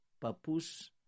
Papus